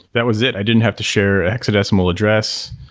that was it. i didn't have to share a hexadecimal address.